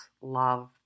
love